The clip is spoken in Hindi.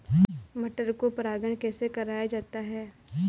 मटर को परागण कैसे कराया जाता है?